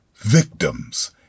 Victims